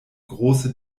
große